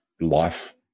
life